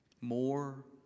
More